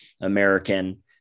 american